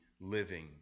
living